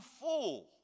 fool